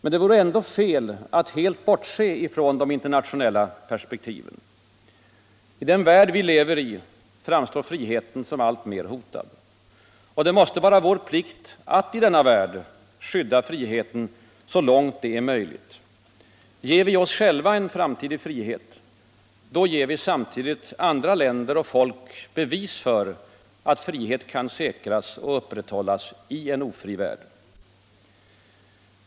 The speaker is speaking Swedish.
Men det vore ändå fel att helt bortse från de internationella perspektiven. I den värld vi lever i framstår friheten som alltmer hotad. Det måste vara vår plikt att i denna värld skydda friheten så långt det är möjligt. Ger vi oss själva en framtid i frihet, då ger vi samtidigt andra länder och folk bevis för att frihet kan säkras och upprätthållas i en ofri värld.